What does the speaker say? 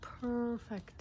perfect